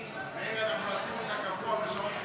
8), התשפ"ד 2024, נתקבל.